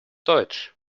deutsch